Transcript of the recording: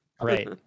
Right